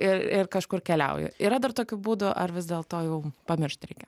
ir ir kažkur keliauji yra dar tokių būdų ar vis dėl to jau pamiršt reikia